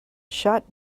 shot